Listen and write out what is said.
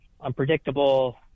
unpredictable